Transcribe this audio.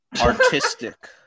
artistic